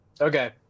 Okay